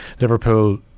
Liverpool